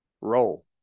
roll